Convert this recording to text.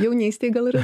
jaunystėj gal ir